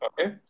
Okay